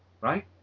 right